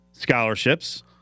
scholarships